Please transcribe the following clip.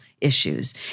issues